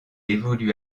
évolue